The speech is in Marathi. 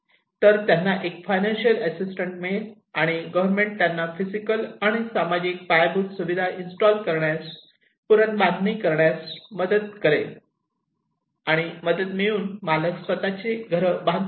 तर त्यांना एक फायनान्शियल असिस्टंस मिळेल आणि गव्हर्मेंट त्यांना फिजिकल आणि सामाजिक पायाभूत सुविधा इन्स्टॉल करण्यास पुनर्बांधणी करण्यात मदत करेल आणि मदत मिळवून मालक स्वतःचे घर बांधतील